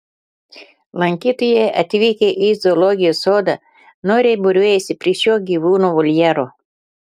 lankytojai atvykę į zoologijos sodą noriai būriuojasi prie šio gyvūno voljero